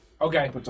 Okay